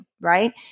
right